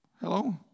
Hello